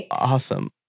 Awesome